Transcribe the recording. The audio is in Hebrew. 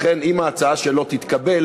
לכן, אם ההצעה שלו תתקבל,